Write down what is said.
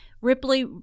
Ripley